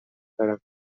دارم